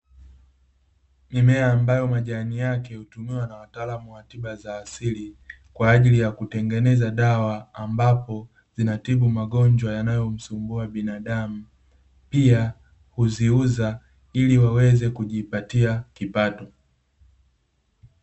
Mimea ambayo majani yake hutumiwa na wataalamu wa tiba za asili, kwaajili ya kutengeneza dawa ambapo zinatibu magonjwa yanayomsumbua binadamu, pia huziuza ili waweze kujipatia kipato.